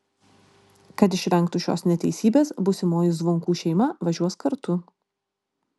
kad išvengtų šios neteisybės būsimoji zvonkų šeima važiuos kartu